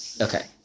Okay